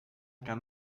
can